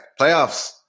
Playoffs